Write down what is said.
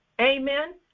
amen